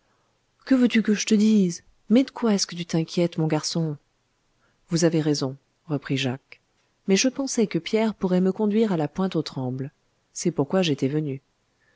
que veux-tu que j'te dise mais d'quoi est-ce que tu t'inquiètes mon garçon vous avez raison reprit jacques mais je pensais que pierre pourrait me conduire à la pointe aux trembles c'est pourquoi j'étais venu